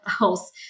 else